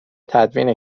تدوین